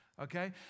Okay